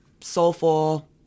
Soulful